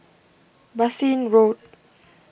Bassein Road